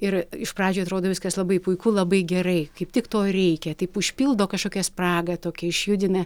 ir iš pradžių atrodo viskas labai puiku labai gerai kaip tik to ir reikia taip užpildo kažkokią spragą tokią išjudina